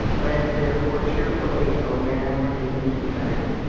lend therefore cheerfully, o man ordained to lend.